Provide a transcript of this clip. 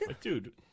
Dude